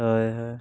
ᱦᱳᱭ ᱦᱚᱭ